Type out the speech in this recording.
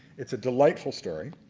it's a delightful story.